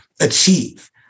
achieve